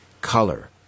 color